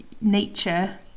nature